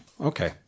Okay